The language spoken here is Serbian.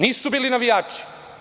Nisu bili navijači.